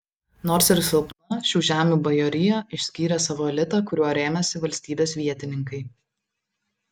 nors ir silpna šių žemių bajorija išskyrė savo elitą kuriuo rėmėsi valstybės vietininkai